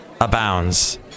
abounds